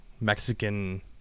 Mexican